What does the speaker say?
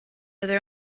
other